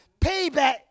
payback